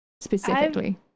specifically